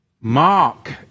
Mark